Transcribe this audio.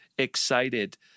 excited